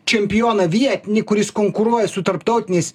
čempioną vietinį kuris konkuruoja su tarptautiniais